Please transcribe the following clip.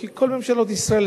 כי כל ממשלות ישראל,